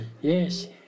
Yes